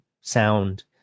sound